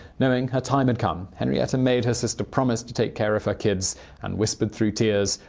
knowing her time had come, henrietta made her sister promise to take care of her kids and whispered through tears,